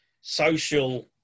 social